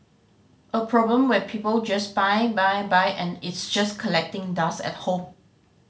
a problem where people just buy buy buy and it's just collecting dust at home